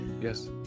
yes